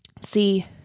see